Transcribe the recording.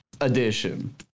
edition